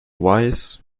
weiss